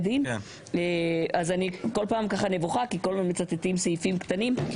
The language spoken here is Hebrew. דין - ואני כל פעם נבוכה כי תמיד מצטטים סעיפים קטנים,